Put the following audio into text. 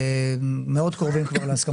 ומאד קרובים כבר להסכמה.